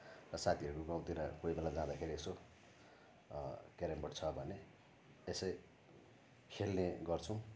र साथीहरू गाउँतिर कोही बेला जाँदाखेरि यसो क्यारम बोर्ड छ भने यसै खेल्ने गर्छौँ